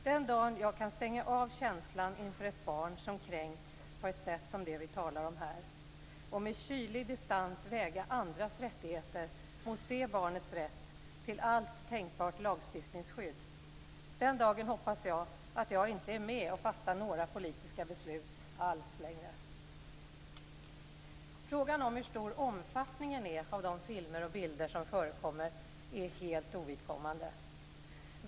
Den dag jag kan stänga av känslan inför ett barn som kränkts på det sätt som vi här talar om och med kylig distans väga andras rättigheter mot det barnets rätt till allt tänkbart lagstiftningsskydd hoppas jag att jag inte längre är med och fattar några politiska beslut alls. Frågan om hur stor omfattningen är av de filmer och bilder som förekommer är helt ovidkommande.